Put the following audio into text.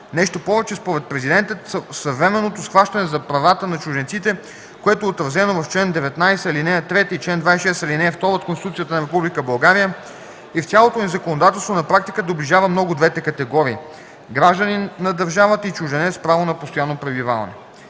Нещо повече, според Президента съвременното схващане за правата на чужденците, което е отразено в чл. 19, ал. 3 и чл. 26, ал. 2 от Конституцията на Република България и в цялото ни законодателство, на практика доближава много двете категории – гражданин на държавата и чужденец с право на постоянно пребиваване.